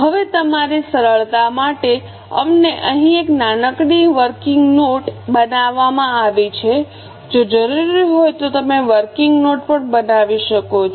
હવે તમારી સરળતા માટે અમને અહીં એક નાનકડી વર્કિંગ નોટ બનાવવામાં આવી છે જો જરૂરી હોય તો તમે વર્કિંગ નોટ પણ બનાવી શકો છો